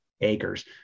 acres